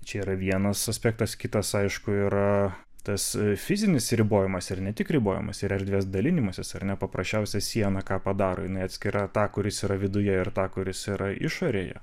čia yra vienas aspektas kitas aišku yra tas fizinis ribojimas ir ne tik ribojimas yra erdvės dalinimasis ar ne paprasčiausia siena ką padaro jinai atskiria tą kuris yra viduje ir tą kuris yra išorėje